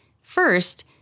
First